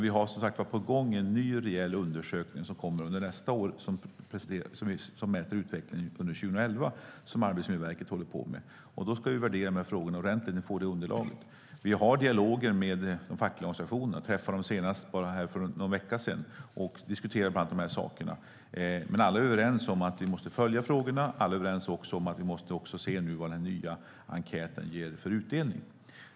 Vi har på gång en ny rejäl undersökning som kommer under nästa år som mäter utvecklingen under 2011 som Arbetsmiljöverket håller på med. När vi får det underlaget ska vi värdera de frågorna ordentligt. Vi har dialoger med de fackliga organisationerna. Jag träffade dem senast för bara någon vecka sedan och diskuterade bland annat de här sakerna. Alla är överens om att vi måste följa frågorna och måste se vad den nya enkäten ger för utdelning.